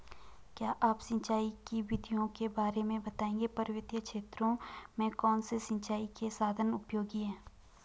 क्या आप सिंचाई की विधियों के बारे में बताएंगे पर्वतीय क्षेत्रों में कौन से सिंचाई के साधन उपयोगी हैं?